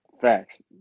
Facts